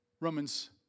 Romans